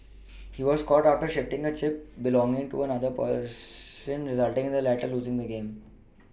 he was caught after shifting a chip belonging to another patron resulting in the latter losing the game